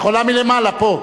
את יכולה מלמעלה, פה.